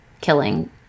killing